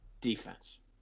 defense